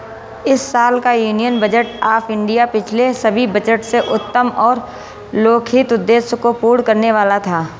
इस साल का यूनियन बजट ऑफ़ इंडिया पिछले सभी बजट से उत्तम और लोकहित उद्देश्य को पूर्ण करने वाला था